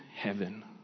heaven